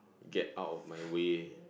get out of my way